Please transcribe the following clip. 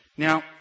Now